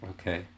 okay